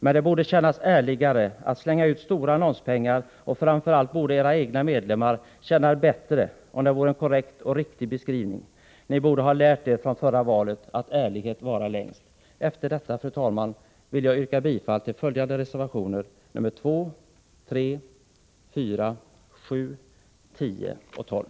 Men det borde kännas ärligare att slänga ut stora annonspengar — och framför allt borde era egna medlemmar känna det bättre — om det vore fråga om en korrekt och riktig beskrivning. Ni borde ha lärt er från förra valet att ärlighet varar längst. Efter detta, fru talman, vill jag yrka bifall till reservationerna nr 2, 3,4, 7, 10 och 12.